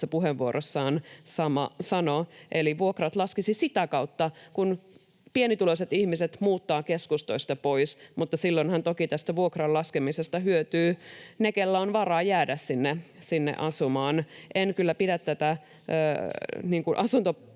puheenvuorossaan sanoi. Eli vuokrat laskisivat sitä kautta, kun pienituloiset ihmiset muuttavat keskustoista pois. Mutta silloinhan toki tästä vuokran laskemisesta hyötyvät ne, joilla on varaa jäädä sinne asumaan. En kyllä pidä tätä